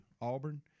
Auburn